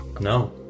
No